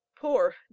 Poor